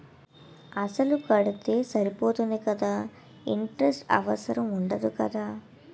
అసలు కడితే సరిపోతుంది కదా ఇంటరెస్ట్ అవసరం ఉండదు కదా?